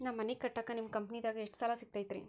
ನಾ ಮನಿ ಕಟ್ಟಾಕ ನಿಮ್ಮ ಕಂಪನಿದಾಗ ಎಷ್ಟ ಸಾಲ ಸಿಗತೈತ್ರಿ?